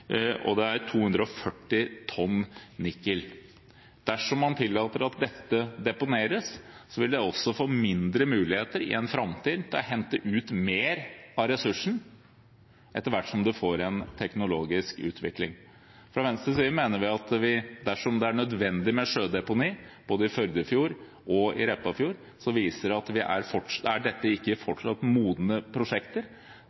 og det er 240 tonn nikkel. Dersom man tillater at dette deponeres, vil det også gi mindre muligheter i framtiden til å hente ut mer av ressursen etter hvert som man får en teknologisk utvikling. Fra Venstres side mener vi at dersom det er nødvendig med sjødeponi, både i Førdefjorden og i Repparfjorden, viser det at dette fortsatt ikke er modne prosjekter.